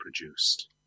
produced